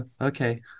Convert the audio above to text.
Okay